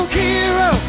hero